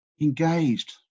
engaged